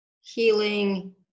healing